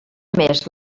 més